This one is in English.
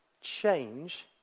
change